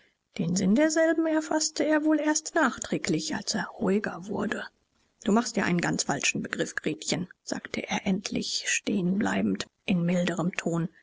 den sinn derselben erfaßte er wohl erst nachträglich als er ruhiger wurde du machst dir einen ganz falschen begriff gretchen sagte er endlich stehen bleibend in milderem ton